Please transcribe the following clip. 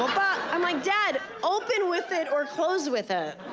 i'm like, dad, open with it or close with ah